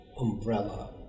umbrella